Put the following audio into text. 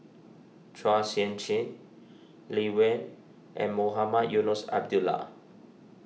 Chua Sian Chin Lee Wen and Mohamed Eunos Abdullah